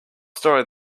story